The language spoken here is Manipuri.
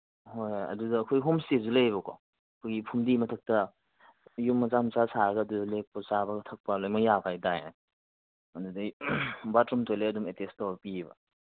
ꯍꯣꯏ ꯍꯣꯏ ꯑꯗꯨꯗ ꯑꯩꯈꯣꯏ ꯍꯣꯝꯏꯁꯇꯦꯁꯨ ꯂꯩꯌꯦꯕꯀꯣ ꯑꯩꯈꯣꯏꯒꯤ ꯐꯨꯝꯗꯤ ꯃꯊꯛꯇ ꯌꯨꯝ ꯃꯆꯥ ꯃꯆꯥ ꯁꯥꯔꯒ ꯑꯗꯨꯗ ꯂꯦꯛꯞ ꯆꯥꯕ ꯊꯛꯄ ꯂꯣꯏꯃꯛ ꯌꯥꯕ ꯍꯥꯏ ꯇꯥꯔꯦꯅꯦ ꯑꯗꯨꯗꯩ ꯕꯥꯠꯔꯨꯝ ꯇꯣꯏꯂꯦꯠ ꯑꯗꯨꯝ ꯑꯦꯇꯦꯁ ꯇꯧꯔ ꯄꯤꯌꯦꯕ